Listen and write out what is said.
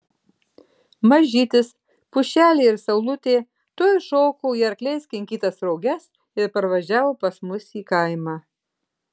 mažytis pušelė ir saulutė tuoj šoko į arkliais kinkytas roges ir parvažiavo pas mus į kaimą